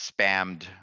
spammed